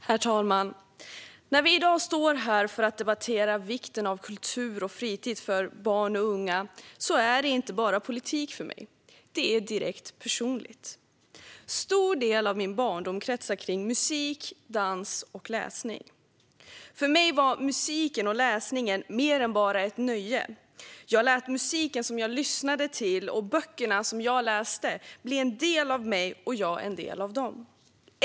Herr talman! När vi i dag står här för att debattera vikten av kultur och fritid för barn och unga handlar det inte bara om politik för mig, utan det är direkt personligt. En stor del av min barndom kretsade kring musik, dans och läsning. För mig var musiken och läsningen mer än bara nöjen. Jag lät musiken som jag lyssnade till och böckerna som jag läste bli en del av mig och jag en del av dem.